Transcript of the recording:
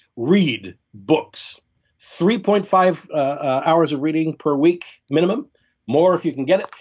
read books three point five ah hours of reading per week minimum more if you can get it.